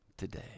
today